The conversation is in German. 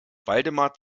waldemar